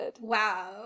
wow